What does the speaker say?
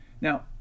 now